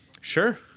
Sure